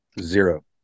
Zero